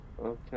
Okay